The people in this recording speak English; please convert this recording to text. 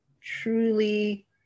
truly